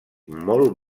molt